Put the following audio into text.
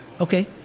okay